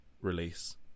release